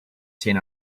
ten